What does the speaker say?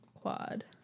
quad